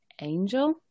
angel